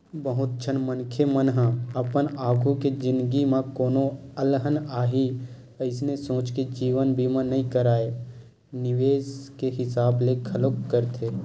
बहुत झन मनखे मन ह अपन आघु के जिनगी म कोनो अलहन आही अइसने सोच के जीवन बीमा नइ कारय निवेस के हिसाब ले घलोक करथे